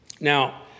Now